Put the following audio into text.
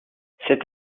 cette